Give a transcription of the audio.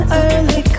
early